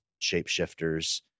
shapeshifters